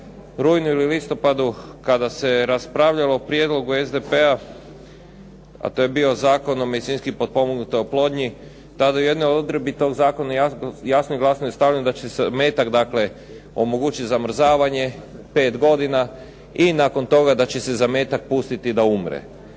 rujnu i listopadu kada se je raspravljalo o prijedlogu SDP-a, a to je bio Zakon o medicinski potpomognutoj oplodnji, tada je u jednoj odredbi toga zakona jasno i glasno stavljeno da će se zametak, dakle omogućiti zamrzavanje 5 godina i nakon tog da će se zametak pustiti da umre.